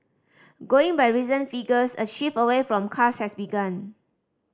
going by recent figures a shift away from cars has begun